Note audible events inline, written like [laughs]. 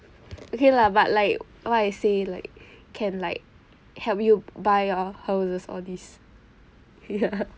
okay lah but like what I say like can like help you buy your houses all this ya [laughs]